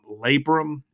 labrum